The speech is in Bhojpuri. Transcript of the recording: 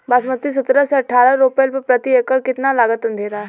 बासमती सत्रह से अठारह रोपले पर प्रति एकड़ कितना लागत अंधेरा?